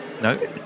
no